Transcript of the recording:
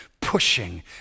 pushing